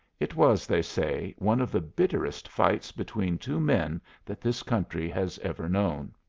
it was, they say, one of the bitterest fights between two men that this country has ever known.